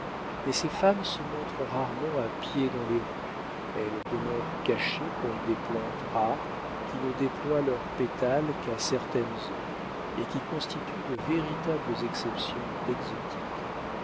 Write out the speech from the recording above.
mais ces femmes se montrent rarement à pied dans les rues elles demeurent cachées comme des plantes rares qui ne déploient leurs pétales qu'à certaines heures et qui constituent de véritables exceptions exotiques